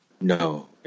no